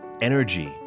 Energy